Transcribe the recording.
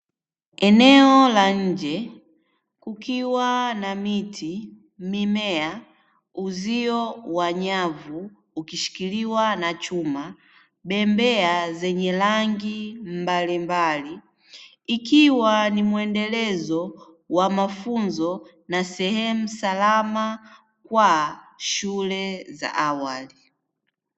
Eneo la nje kukiwa na miti, mimea, uzio wa nyavu ukishikiliwa na chuma, bembea zenye rangi mbalimbali ikiwa ni mwendelezo wa mafunzo na sehemu salama kwa shule za awali.